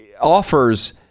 offers